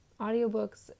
audiobooks